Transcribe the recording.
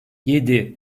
yedi